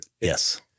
Yes